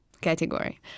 category